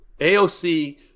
AOC